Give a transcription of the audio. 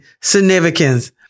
significance